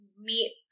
meet –